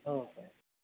हो काय